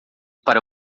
para